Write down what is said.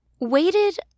waited